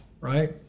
right